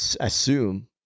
assume